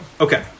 Okay